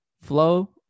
flow